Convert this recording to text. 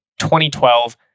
2012